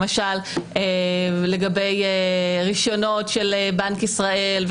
למשל לגבי רישיונות של בנק ישראל,